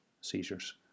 seizures